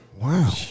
Wow